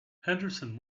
henderson